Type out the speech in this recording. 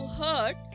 hurt